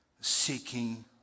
seeking